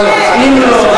אבל אם לא,